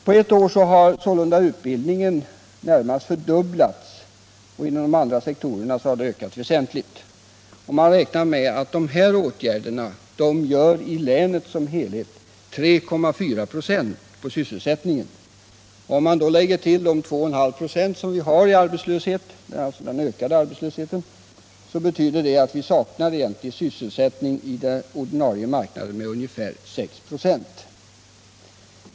På ett år har utbildningen sålunda i det närmaste fördubblats, och även de andra sektorerna har ökat väsentligt. Man räknar med att dessa åtgärder i länet som helhet bidrar till sysselsättningen med 3,4 26. Om man lägger till de 2,5 26 som vi har i ökad arbetslöshet, betyder det att vi saknar egentlig sysselsättning på den ordinarie marknaden med ungefär 6 96.